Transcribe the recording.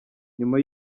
nyuma